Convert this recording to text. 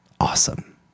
awesome